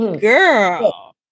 Girl